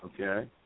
Okay